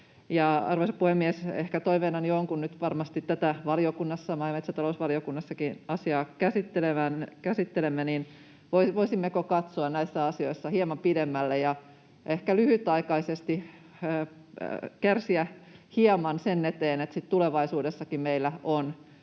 Arvoisa puhemies! Ehkä toiveenani on, kun nyt varmasti maa- ja metsätalousvaliokunnassakin asiaa käsittelemme, että voisimmeko katsoa näissä asioissa hieman pidemmälle ja ehkä lyhytaikaisesti kärsiä hieman sen eteen, että sitten tulevaisuudessakin meillä on